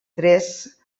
tres